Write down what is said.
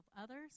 others